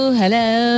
hello